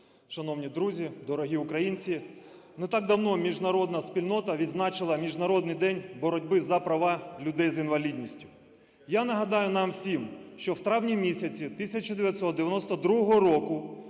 Шановні друзі, дорогі українці! Не так давно міжнародна спільнота відзначила Міжнародний день боротьби за права людей з інвалідністю. Я нагадаю нам всім, що в травні місяці 1992 року